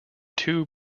two